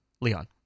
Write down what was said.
Leon